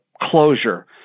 closure